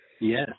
Yes